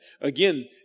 Again